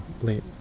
late